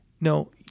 no